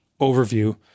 overview